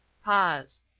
pause.